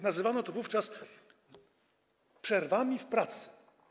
Nazywano to wówczas przerwami w pracy.